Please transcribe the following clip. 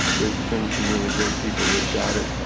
there's been some really great people that got it.